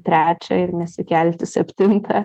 trečią ir nesikelti septintą